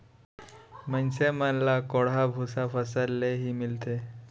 मनसे मन ल कोंढ़ा भूसा फसल ले ही मिलथे